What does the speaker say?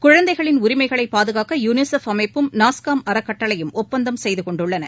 குழந்தைகளின் உரிமைகளை பாதுகாக்க யூனிகெஃப் அமைப்பும் நாஸ்காம் அறக்கட்டளையும் ஒப்பந்தம் செய்து கொண்டுள்ளன